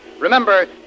Remember